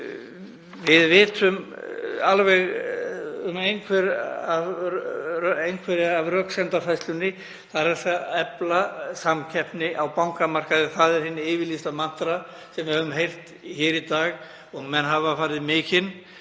Við vitum alveg að eitthvað af röksemdafærslunni er að efla samkeppni á bankamarkaði. Það er hin yfirlýsta mantra sem við höfum heyrt hér í dag og menn hafa farið mikinn,